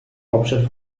hauptstadt